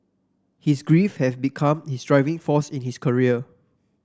his grief have become his driving force in his career